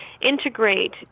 integrate